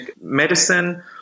medicine